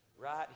right